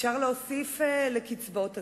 אפשר להוסיף לקצבאות הזיקנה,